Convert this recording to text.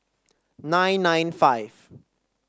nine nine five